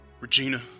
Regina